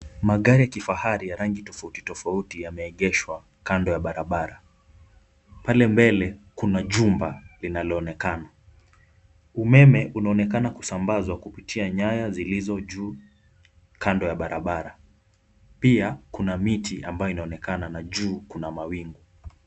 Magari ya kifahari ya rangi tofauti tofauti ameegeshwa kando ya barabara, pale mbele kuna jumba linaloonekana .Umeme unaonekana kusambazwa kupitia nyaya zilizo juu kando ya barabara, pia kuna miti ambayo inaonekana na juu kuna mawingu.